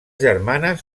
germanes